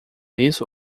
isso